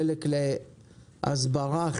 חלק להסברה,